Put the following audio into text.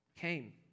came